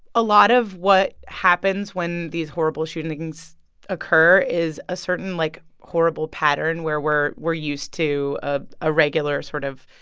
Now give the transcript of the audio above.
a lot of what happens when these horrible shootings occur, is a certain, like, horrible pattern where we're we're used to ah a regular sort of.